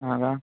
हा का